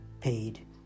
paid